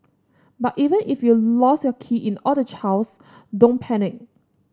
but even if you've lost your keys in all the chaos don't panic